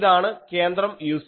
ഇതാണ് കേന്ദ്രം u0